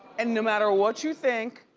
and no matter what you think,